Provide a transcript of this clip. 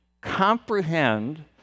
comprehend